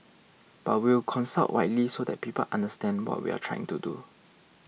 but we'll consult widely so that people understand what we're trying to do